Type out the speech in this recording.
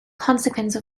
consequence